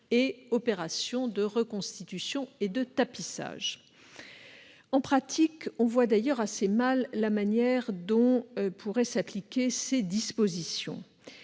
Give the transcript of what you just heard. et opérations de reconstitution et de tapissage. En outre, on voit assez mal la manière dont pourraient s'appliquer en pratique